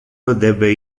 debe